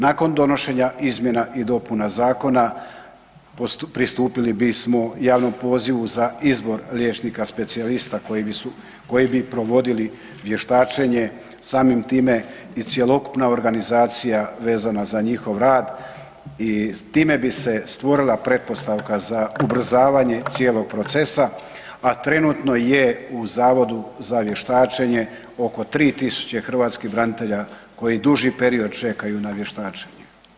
Nakon donošenja izmjena i dopuna zakona pristupili bismo javnom pozivu za izbor liječnika specijalista koji bi provodili vještačenje, samim time i cjelokupna organizacija vezana za njihov rad i tim bi se stvorila pretpostavka za ubrzavanje cijelog procesa, a trenutno je u Zavodu za vještačenje oko 3.000 hrvatskih branitelja koji duži period čekaju na vještačenje.